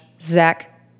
Zach